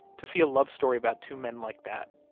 to see a love story about two men like that,